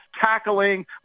tackling